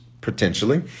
potentially